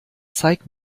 zeig